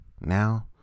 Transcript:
now